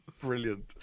Brilliant